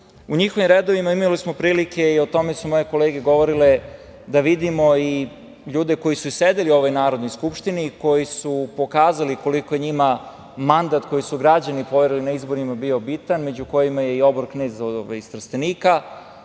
njihovim redovima imali smo prilike, o tome su moje kolege govorile, da vidimo i ljude koji su sedeli u ovoj Narodnoj skupštini, koji su pokazali koliko njima mandat koji su građani poverili na izborima bio bitan, među kojima je i obor knez iz Trstenika,